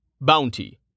Bounty